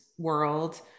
world